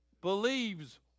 believes